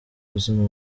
buzima